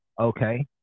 Okay